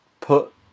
put